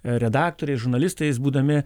redaktoriais žurnalistais būdami